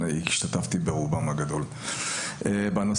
ברוב